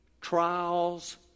trials